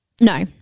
No